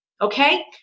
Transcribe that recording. okay